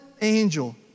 angel